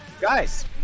guys